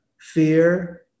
fear